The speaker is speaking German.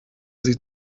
sie